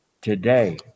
Today